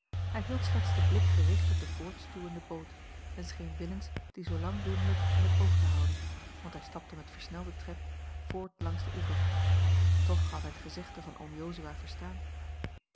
hij hield slechts den blik gericht op de voortstuwende boot en scheen willens die zoolang doenlijk in t oog te houden want hij stapte met versnelden tred voort langs den oever toch had hij het gezegde van oom jozua verstaan